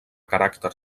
caràcter